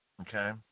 okay